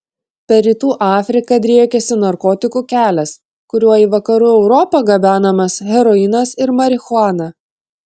per rytų afriką driekiasi narkotikų kelias kuriuo į vakarų europą gabenamas heroinas ir marihuana